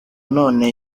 none